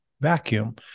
vacuum